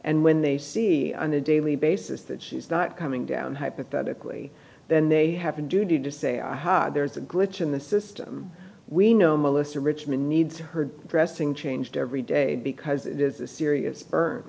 and when they see on a daily basis that she's not coming down hypothetically then they have a duty to say aha there's a glitch in the system we know melissa richmond needs her dressing changed every day because it is a serious burn